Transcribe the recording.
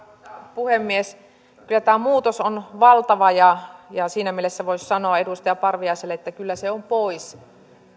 puhemies kyllä tämä muutos on valtava ja ja siinä mielessä voisi sanoa edustaja parviaiselle että kyllä se on pois